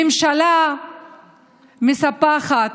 ממשלה מספחת,